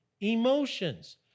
emotions